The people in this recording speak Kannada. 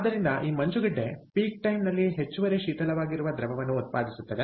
ಆದ್ದರಿಂದ ಈ ಮಂಜುಗಡ್ಡೆ ಪೀಕ್ ಟೈಮ್ನಲ್ಲಿ ಹೆಚ್ಚುವರಿ ಶೀತಲವಾಗಿರುವ ದ್ರವವನ್ನು ಉತ್ಪಾದಿಸುತ್ತದೆ